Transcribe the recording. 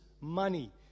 money